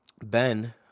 Ben